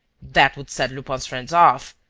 that would set lupin's friends off.